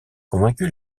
convaincu